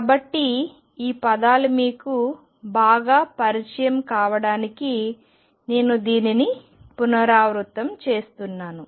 కాబట్టి ఈ పదాలు మీకు బాగా పరిచయం కావడానికి నేను దీనిని పునరావృతం చేస్తున్నాను